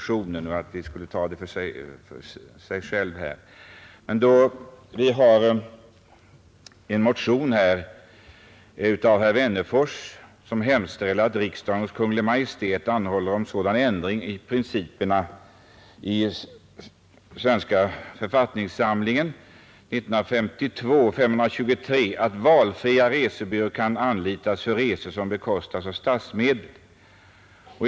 I en motion av herr Wennerfors hemställes att riksdagen hos Kungl. Maj:t måtte anhålla om sådan ändring av principen i kungörelsen 1952:523 att valfri resebyrå kan anlitas för resor som bekostas av statsmedel.